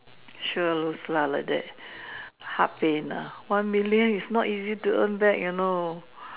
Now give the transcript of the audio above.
sure lose lah like that heart pain one million is not easy to earn back you know